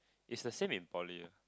is the same in Poly uh